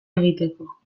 egiteko